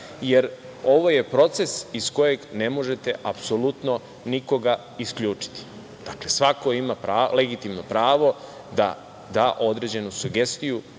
jer ovo je proces iz kojeg ne možete apsolutno nikoga isključiti. Svako ima legitimno pravo da da određenu sugestiju,